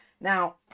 Now